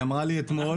היא אמרה לי אתמול,